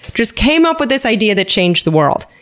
just, came up with this idea that changed the world.